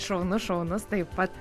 šaunus šaunus taip pat